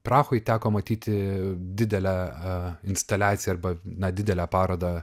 prahoj teko matyti didelę instaliaciją arba na didelę parodą